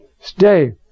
stay